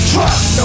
Trust